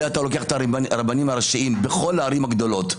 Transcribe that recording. ואתה לוקח את הרבנים הראשיים בכל הערים הגדולות,